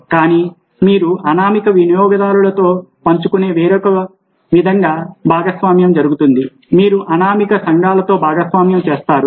కానీ మీరు అనామక వినియోగదారులతో పంచుకునే వేరొక విధంగా భాగస్వామ్యం జరుగుతుంది మీరు అనామక సంఘాలతో భాగస్వామ్యం చేస్తారు